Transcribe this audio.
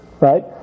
Right